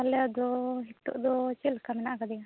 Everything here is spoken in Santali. ᱛᱟᱦᱚᱞᱮ ᱟᱫᱚ ᱱᱤᱛᱳᱜ ᱫᱚ ᱪᱮᱫ ᱞᱮᱠᱟ ᱢᱮᱱᱟᱜ ᱟᱠᱟᱫᱮᱭᱟ